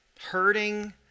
hurting